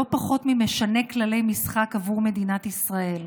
פחות ממשנה כללי משחק עבור מדינת ישראל,